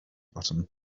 button